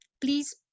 please